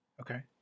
Okay